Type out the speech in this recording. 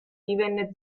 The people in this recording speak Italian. divenne